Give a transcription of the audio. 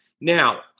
Now